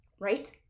right